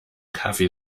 kaffee